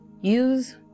use